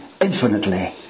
infinitely